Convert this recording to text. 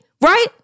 right